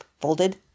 folded